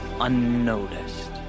unnoticed